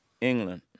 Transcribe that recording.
England